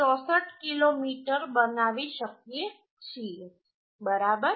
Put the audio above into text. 64 kilometre બનાવી શકીએ છીએબરાબર